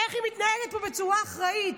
איך היא מתנהגת פה בצורה אחראית,